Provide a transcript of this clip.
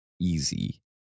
easy